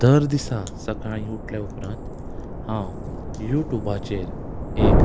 दर दिसा सकाळीं उठल्या उपरांत हांव युट्युबाचेर एक